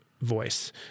voice